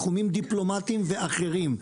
תחומים דיפלומטיים ואחרים.